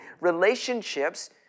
relationships